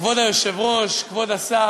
כבוד השר,